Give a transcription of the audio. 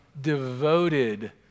devoted